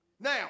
Now